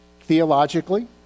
theologically